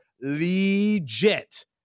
legit